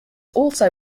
also